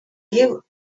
give